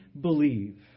believe